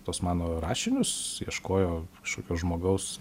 tuos mano rašinius ieškojo kažkokio žmogaus